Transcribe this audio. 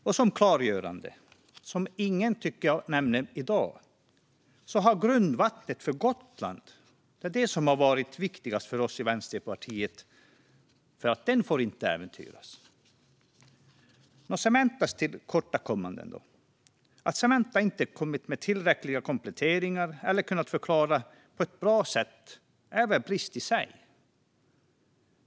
Och för att klargöra något som ingen, tycker jag, nämner i dag: Grundvattnet för Gotland har varit det viktigaste för oss i Vänsterpartiet. Det får inte äventyras. Cementas tillkortakommanden, då? Att Cementa inte kommit med tillräckliga kompletteringar eller kunnat förklara på ett bra sätt är väl en brist i sig.